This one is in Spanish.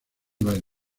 ibáñez